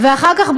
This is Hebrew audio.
אחר כך,